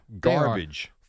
Garbage